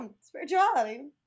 spirituality